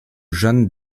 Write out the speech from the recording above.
jeanne